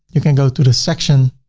you can go to the section,